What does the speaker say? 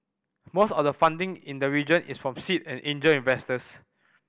most of the funding in the region is from seed and angel investors